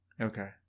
Okay